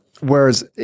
Whereas